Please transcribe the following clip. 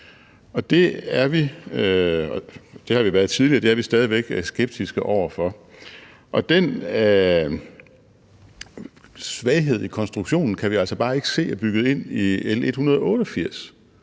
det er vi stadig væk – skeptiske over for. Og den svaghed i konstruktionen kan vi bare ikke se er bygget ind i L 188,